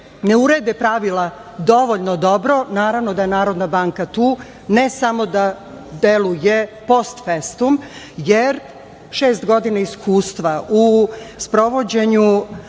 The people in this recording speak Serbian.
ne urede pravila dovoljno dobro. Naravno da je Narodna banka tu ne samo da deluje postfestum, jer šest godina iskustva u sprovođenju